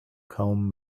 kaum